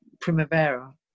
Primavera